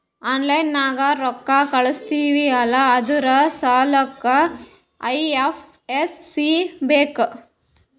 online ನಾಗ್ ರೊಕ್ಕಾ ಕಳುಸ್ತಿವ್ ಅಲ್ಲಾ ಅದುರ್ ಸಲ್ಲಾಕ್ ಐ.ಎಫ್.ಎಸ್.ಸಿ ಬೇಕ್